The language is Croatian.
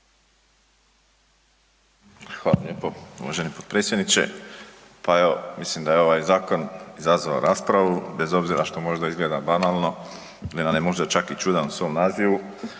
Hvala lijepo uvaženi potpredsjedniče. Pa evo mislim da je ovaj zakon izazvao raspravu, bez obzira što možda izgleda banalno, on je možda čak i čudan u svom nazivu